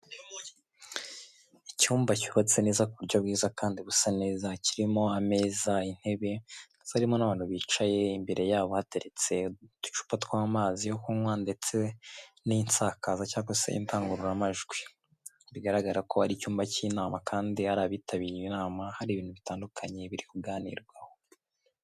Icyumba cyubatse neza ku buryo bwiza kandi busa neza kirimo ameza intebe harimo n'abantu bicaye, imbere yabo hateretse uducupa tw'amazi yo kunywa ndetse n'insakaza cyangwa se indangururamajwi, bigaragara ko ari icyumba cy'inama kandi hari abitabiriye inama, hari ibintu bitandukanye biri kuganirwaho.